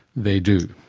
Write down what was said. they do.